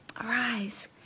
Arise